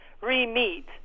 re-meet